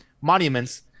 monuments